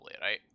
right